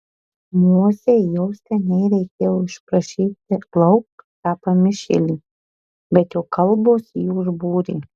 mozei jau seniai reikėjo išprašyti lauk tą pamišėlį bet jo kalbos jį užbūrė